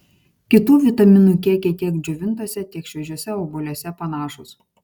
kitų vitaminų kiekiai tiek džiovintuose tiek šviežiuose obuoliuose panašūs